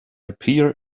appear